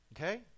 okay